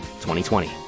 2020